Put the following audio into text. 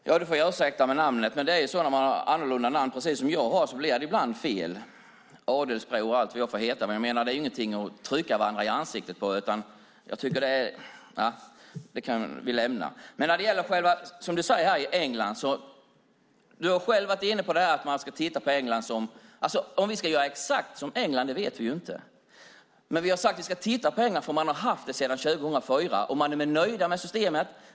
Herr talman! Jag ber om ursäkt för uttalet av namnet. Det är svårt för oss som har lite ovanliga namn. Det är inget vi behöver trycka varandra i ansiktet. Vi vet inte om vi ska göra exakt som England. Vi ska titta på England eftersom man där har haft anmälningsplikt sedan 2004. Man är nöjd med systemet.